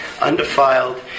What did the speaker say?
undefiled